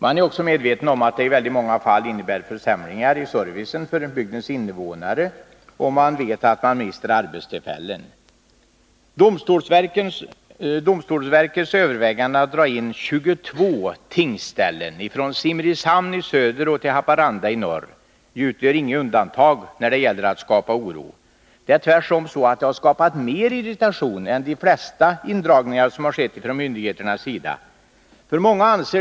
Man är också medveten om att det i många fall innebär en försämring i servicen för bygdens invånare, och man vet att man mister arbetstillfällen. Domstolsverkets övervägande att dra in 22 tingsställen från Simrishamn i söder till Haparanda i norr utgör inget undantag när det gäller att skapa oro. Det är tvärtom så att det skapar mer irritation än de flesta indragningar som skett från myndigheternas sida.